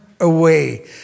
away